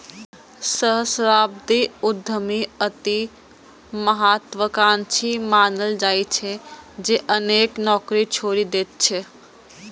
सहस्राब्दी उद्यमी अति महात्वाकांक्षी मानल जाइ छै, जे अनेक नौकरी छोड़ि दैत छै